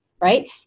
Right